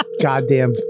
Goddamn